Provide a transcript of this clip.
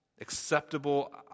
acceptable